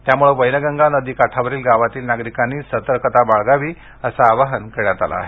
त्यामुळे वैनगंगा नदी काठावरील गावांतील नागरिकांनी सतर्कता बाळगावी असे आवाहन करण्यात आले आहे